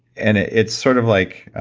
and it's sort of like,